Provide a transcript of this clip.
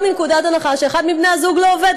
מנקודת הנחה שאחד מבני הזוג לא עובד,